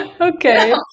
okay